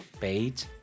page